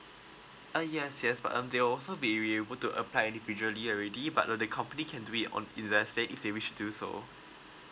uh yes yes but um they will also be able to apply already but uh the company can do it if they wish to do so